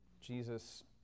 Jesus